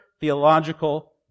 theological